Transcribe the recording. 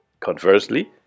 Conversely